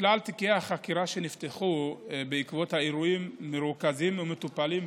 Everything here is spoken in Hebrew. כלל תיקי החקירה שנפתחו בעקבות האירועים מרוכזים ומטופלים,